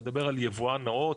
אני מדבר על יבואן נאות,